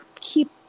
keep